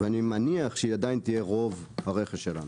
ואני מניח שהיא עדיין תהיה רוב הרכש שלנו.